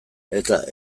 eta